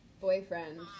boyfriend